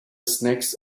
snakes